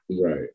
Right